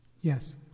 Yes